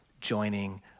joining